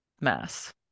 Mass